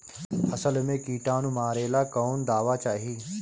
फसल में किटानु मारेला कौन दावा चाही?